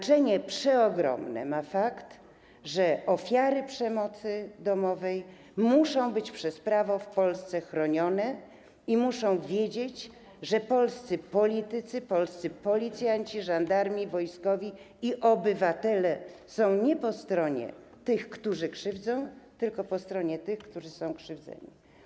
Przeogromne znaczenie ma fakt, że ofiary przemocy domowej muszą być chronione przez prawo w Polsce i muszą wiedzieć, że polscy politycy, polscy policjanci, żandarmi, wojskowi i obywatele są nie po stronie tych, którzy krzywdzą, tylko po stronie tych, którzy są krzywdzeni.